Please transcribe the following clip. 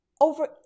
Over